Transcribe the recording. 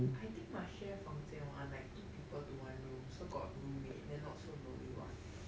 I think must share 房间 one like two people to one room so got room mate then not so lonely what